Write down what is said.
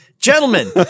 Gentlemen